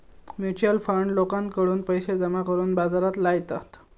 mutual fund लोकांकडून पैशे जमा करून बाजारात लायतत